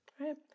Right